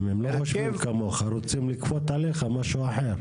הם לא חושבים כמוך, רוצים לכפות עליך משהו אחר.